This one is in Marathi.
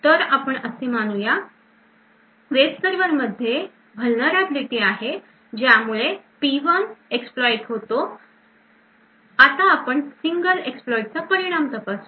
तर आपण असे मानूया वेब सर्वर मध्ये vulnerability आहे ज्यामुळे P1 exploit होते आता आपण सिंगल exploit चा परिणाम तपासूया